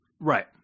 Right